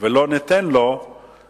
וגם לא ניתן לו להיות,